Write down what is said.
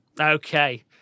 Okay